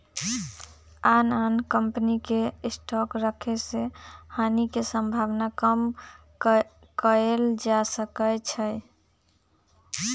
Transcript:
आन आन कम्पनी के स्टॉक रखे से हानि के सम्भावना कम कएल जा सकै छइ